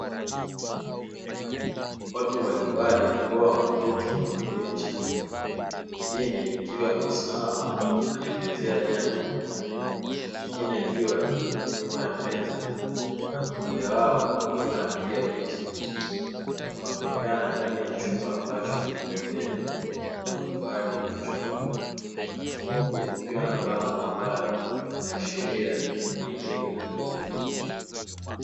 Watu mbalimbali ambao wameketi kwenye mabenchi, mwingine akiwa amesimama anaelezea jambo, mwingine akiwa nyuma ya meza na mmoja wapo akiwa anapiga picha; wanaonekana ndani ya chumba ambacho kimetengenezwa kwa matofali ya kuchoma, huku kukiwa na bango ambalo linaashiria ni elimu inatolewa.